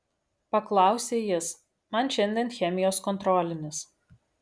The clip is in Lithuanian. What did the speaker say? paklausė jis man šiandien chemijos kontrolinis